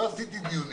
לא קבעתי דיונים,